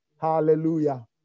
Hallelujah